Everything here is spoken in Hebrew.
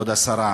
כבוד השרה,